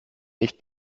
nicht